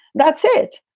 that's it.